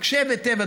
הקשב היטב,